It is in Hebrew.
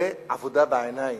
זה עבודה בעיניים.